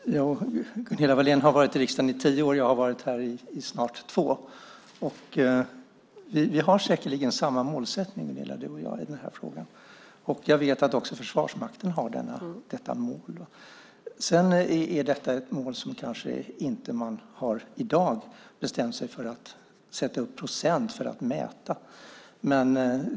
Fru talman! Gunilla Wahlén har varit i riksdagen i tio år. Jag har varit här i snart två år. Vi har säkerligen samma målsättning du och jag, Gunilla, i den här frågan. Jag vet att också Försvarsmakten har detta mål. Det är ett mål som man kanske inte i dag har bestämt sig för att sätta upp i procent för att mäta.